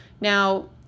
Now